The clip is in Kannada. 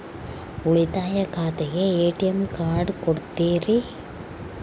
ಉಳಿತಾಯ ಖಾತೆಗೆ ಎ.ಟಿ.ಎಂ ಕಾರ್ಡ್ ಕೊಡ್ತೇರಿ?